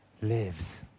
lives